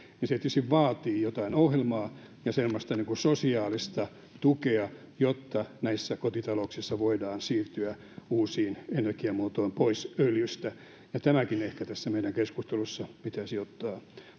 niin se tietysti vaatii jotain ohjelmaa ja semmoista niin kuin sosiaalista tukea jotta näissä kotitalouksissa voidaan siirtyä uusiin energiamuotoihin pois öljystä ja tämäkin ehkä tässä meidän keskustelussamme pitäisi ottaa